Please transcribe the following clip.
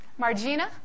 Margina